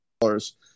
dollars